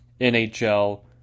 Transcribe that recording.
NHL